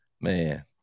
man